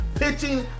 pitching